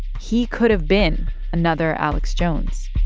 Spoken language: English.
he could've been another alex jones